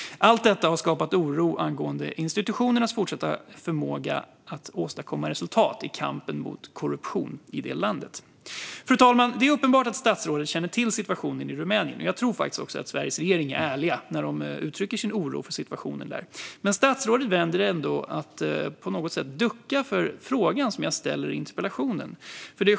Allt detta har skapat oro angående institutionernas fortsatta förmåga att åstadkomma resultat i kampen mot korruption i landet. Fru talman! Det är uppenbart att statsrådet känner till situationen i Rumänien. Jag tror faktiskt att Sveriges regering är ärlig när den uttrycker sin oro för situationen där. Men statsrådet väljer ändå att på något sätt ducka för frågan som jag ställer i interpellationen.